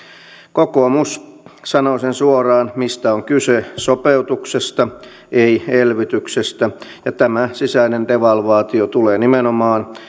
kokoomus sanoo sen suoraan mistä on kyse sopeutuksesta ei elvytyksestä ja tämä sisäinen devalvaatio tulee nimenomaan